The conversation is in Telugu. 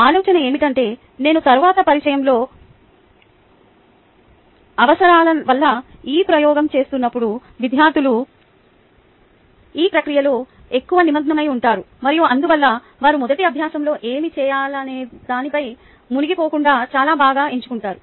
ఆలోచన ఏమిటంటే నేను తరువాత వివరించబోయే అవసరాల వల్ల ఈ ప్రయోగం చేస్తున్నప్పుడు విద్యార్థులు ఈ ప్రక్రియలో ఎక్కువ నిమగ్నమై ఉంటారు మరియు అందువల్ల వారు మొదటి అభ్యాసంలో ఏమి చేయాలనే దానిపై మునిగిపోకుండా చాలా బాగా ఎంచుకుంటారు